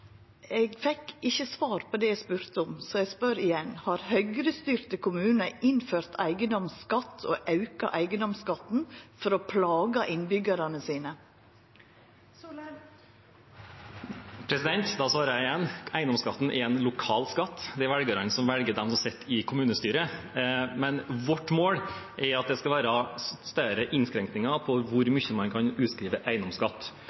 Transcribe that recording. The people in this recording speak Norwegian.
jeg ville hatt. Eg fekk ikkje svar på det eg spurde om, så eg spør igjen: Har Høgre-styrte kommunar innført eigedomsskatt og auka eigedomsskatten for å plaga innbyggjarane sine? Da svarer jeg igjen: Eiendomsskatten er en lokal skatt. Det er velgerne som velger dem som sitter i kommunestyret. Men vårt mål er at det skal være større innskrenkinger på hvor mye man kan utskrive i eiendomsskatt.